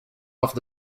off